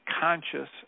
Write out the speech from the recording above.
conscious